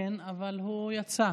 כן, אבל הוא יצא.